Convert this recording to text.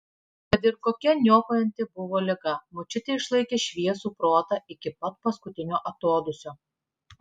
kad ir kokia niokojanti buvo liga močiutė išlaikė šviesų protą iki pat paskutinio atodūsio